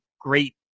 great